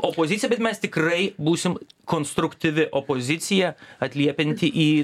opozicija bet mes tikrai būsim konstruktyvi opozicija atliepianti į